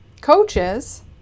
coaches